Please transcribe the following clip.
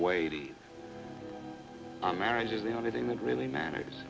weighty a marriage is the only thing that really matters